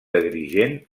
agrigent